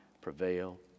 prevail